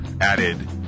added